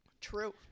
true